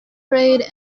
reid